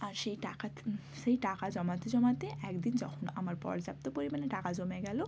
আর সেই টাকাত সেই টাকা জমাতে জমাতে এক দিন যখন আমার পর্যাপ্ত পরিমাণে টাকা জমে গেল